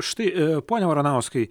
štai pone varanauskai